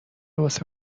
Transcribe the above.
واسه